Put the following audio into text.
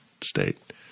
state